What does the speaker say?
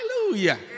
hallelujah